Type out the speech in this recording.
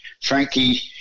Frankie